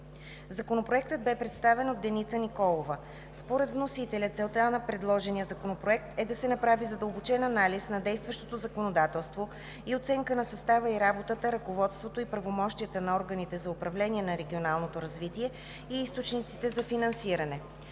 Законопроектът бе представен от Деница Николова. Според вносителя целта на предложения законопроект е да се направи задълбочен анализ на действащото законодателство, оценка на състава и работата, ръководството и правомощията на органите за управление на регионалното развитие, и източниците за финансиране.